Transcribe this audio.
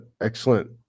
excellent